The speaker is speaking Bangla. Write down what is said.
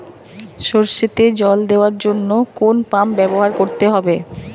সরষেতে জল দেওয়ার জন্য কোন পাম্প ব্যবহার করতে হবে?